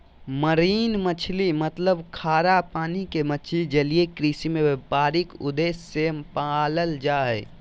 marine मछली मतलब खारा पानी के मछली जलीय कृषि में व्यापारिक उद्देश्य से पालल जा हई